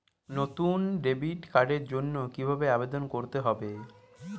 নতুন ডেবিট কার্ডের জন্য কীভাবে আবেদন করতে হবে?